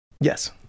Yes